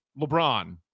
LeBron